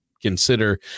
consider